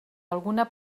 alguna